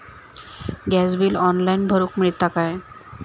Gas bill online भरुक मिळता काय?